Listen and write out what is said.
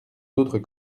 d’autres